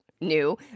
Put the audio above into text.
new